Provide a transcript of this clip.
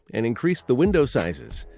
and increased the window sizes.